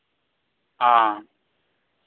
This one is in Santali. ᱚᱻ